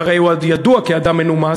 והרי הוא ידוע כאדם מנומס,